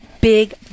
big